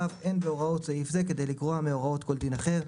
(ו) אין בהוראות סעיף זה כדי לגרוע מהוראות כל דין אחר,